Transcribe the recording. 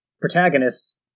protagonist